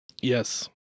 Yes